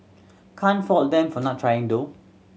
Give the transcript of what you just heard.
can't fault them for not trying though